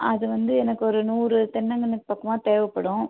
அது வந்து எனக்கு ஒரு நூறு தென்னங்கன்றுக்கு பக்கமாக தேவைப்படும்